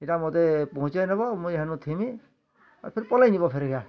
ଏଇଟା ମୋତେ ପହଞ୍ଚାଇଁ ନବ ମୁଁ ହେନୁ ଥିମିଁ ଆର୍ ଫିର୍ ପଳାଇ ଯିବ ଫିରି କାଁ